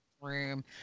room